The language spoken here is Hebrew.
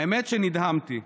האמת שנדהמתי: